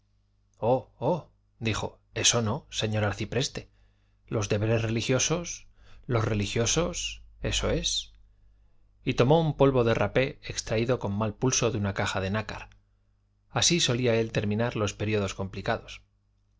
oh oh dijo eso no señor arcipreste los deberes religiosos los religiosos eso es y tomó un polvo de rapé extraído con mal pulso de una caja de nácar así solía él terminar los períodos complicados